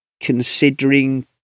considering